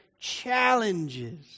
challenges